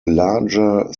larger